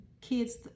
kids